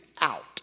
out